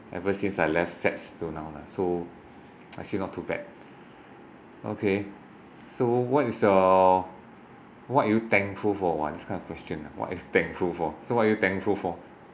ever since I left sets till now lah so actually not too bad okay so what is your what are you thankful for !wah! this kind of question what are you thankful for so what are you thankful for